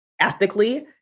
ethically